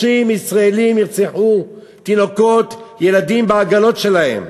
30 ישראלים נרצחו, תינוקות, ילדים בעגלות שלהם.